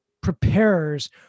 preparers